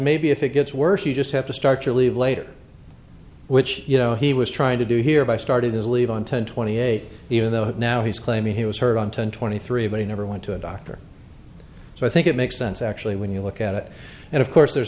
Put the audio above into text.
maybe if it gets worse you just have to start to leave later which you know he was trying to do here by started his leave on ten twenty eight even though now he's claiming he was heard on ten twenty three of i never went to a doctor so i think it makes sense actually when you look at it and of course there